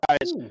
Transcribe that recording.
guys